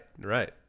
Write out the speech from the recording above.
right